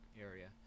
area